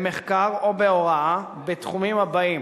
במחקר או בהוראה, בתחומים שלהלן: